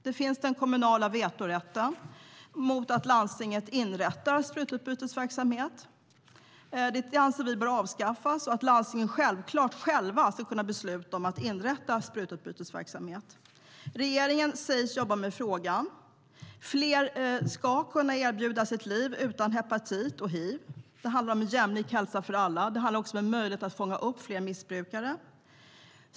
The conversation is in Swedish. Den kommunala vetorätten finns mot att landstinget inrättar sprututbytesverksamhet. Vi anser att den vetorätten bör avskaffas. Landstingen ska självklart kunna besluta själva om att inrätta sprututbytesverksamhet. Regeringen sägs jobba med frågan. Fler ska kunna erbjudas ett liv utan hepatit och hiv. Det handlar om en jämlik hälsa för alla. Det handlar också om en möjlighet att fånga upp fler missbrukare.